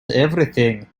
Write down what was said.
everything